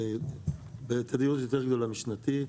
זה בתדירות יותר גבוהה משנתית.